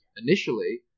Initially